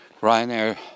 Ryanair